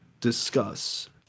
discuss